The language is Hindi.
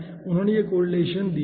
उन्होंने यह कोरिलेसन दिया है